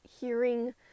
hearing